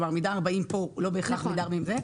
כלומר, מידה 40 פה לא בהכרח מידה 40 שם.